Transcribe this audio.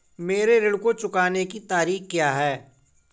मेरे ऋण को चुकाने की तारीख़ क्या है?